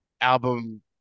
album